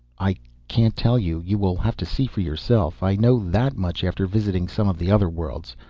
i can't tell you. you will have to see for yourself. i know that much after visiting some of the other worlds.